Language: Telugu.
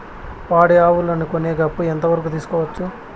పాడి ఆవులని కొనేకి అప్పు ఎంత వరకు తీసుకోవచ్చు?